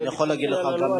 אני מתנצל על הלועזית.